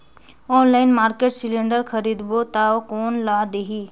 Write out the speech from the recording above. Online market cylinder खरीदबो ता कोन ला देही?